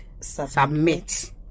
submit